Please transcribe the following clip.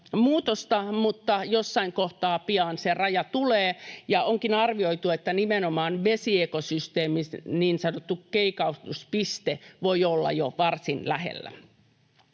mutta jossain kohtaa pian se raja tulee, ja onkin arvioitu, että nimenomaan vesiekosysteemin niin sanottu keikahduspiste voi olla jo varsin lähellä.